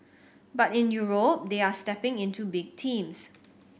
but in Europe they are stepping into big teams